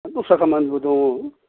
दस्रा खामानिबो दङ